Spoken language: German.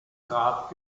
grab